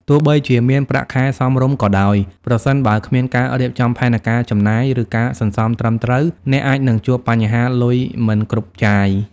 ទោះបីជាមានប្រាក់ខែសមរម្យក៏ដោយ ប្រសិនបើគ្មានការរៀបចំផែនការចំណាយ ឬការសន្សំត្រឹមត្រូវ អ្នកអាចនឹងជួបបញ្ហាលុយមិនគ្រប់ចាយ។